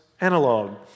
analog